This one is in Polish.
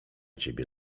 ciebie